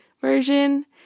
version